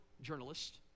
journalist